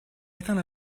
atteint